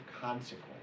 consequence